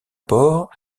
port